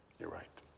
you're right.